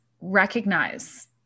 recognize